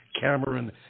Cameron